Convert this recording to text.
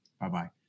Bye-bye